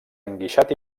enguixat